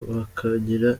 bakagira